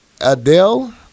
Adele